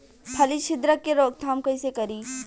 फली छिद्रक के रोकथाम कईसे करी?